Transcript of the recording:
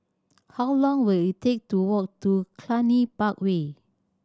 how long will it take to walk to Cluny Park Way